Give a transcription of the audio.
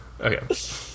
Okay